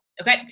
okay